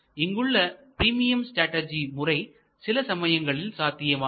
இங்குள்ள premium strategy முறை சில சமயங்களில் சாத்தியமாகும்